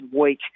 week